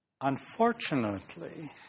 unfortunately